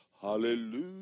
Hallelujah